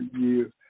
years